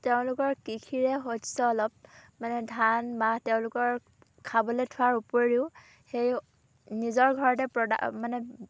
তেওঁলোকৰ কৃষিৰে শস্য অলপ মানে ধান মাহ তেওঁলোকৰ খাবলৈ থোৱাৰ উপৰিও সেই নিজৰ ঘৰতে মানে